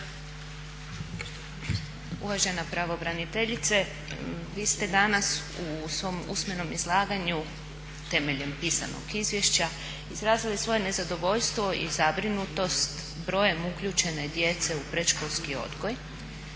Uvažena pravobraniteljice, vi ste danas u svom usmenom izlaganju temeljem pisanog izvješća izrazili svoje nezadovoljstvo i zabrinutost brojem uključene djece u predškolski odgoj